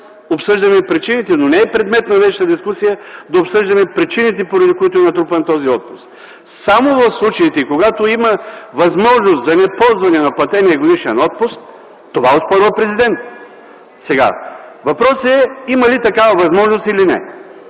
обсъждаме и причините, но не е предмет на днешната дискусия да обсъждаме причините, поради които е натрупан този отпуск. Само в случаите, когато има възможност за неползване на платения годишен отпуск – това оспорва президентът. Въпросът е: има ли такава възможност или не